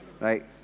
Right